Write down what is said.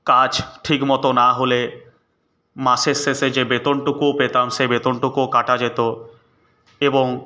কাজ ঠিকমতো না হলে মাসের শেষে যে বেতনটুকুও পেতাম সেই বেতনটুকুও কাটা যেত এবং